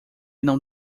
não